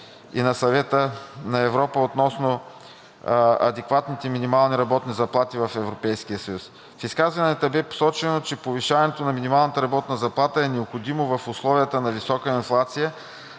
и на Съвета относно адекватните минимални работни заплати в Европейския съюз. В изказванията бе посочено, че повишаването на минималната работна заплата е необходимо в условията на висока инфлация,